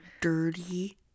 dirty